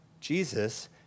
Jesus